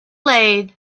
lathe